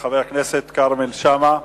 לחבר הכנסת כרמל שאמה.